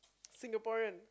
Singaporean